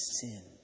sin